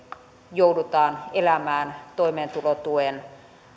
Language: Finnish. joudutaan elämään toimeentulotuen